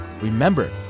Remember